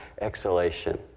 exhalation